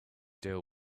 deal